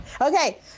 Okay